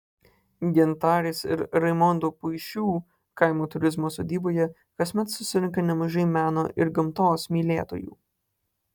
gintarės ir raimondo puišių kaimo turizmo sodyboje kasmet susirenka nemažai meno ir gamtos mylėtojų